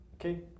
Okay